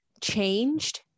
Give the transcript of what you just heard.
changed